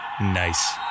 Nice